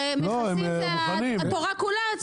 הרי מכסים זו התורה כולה.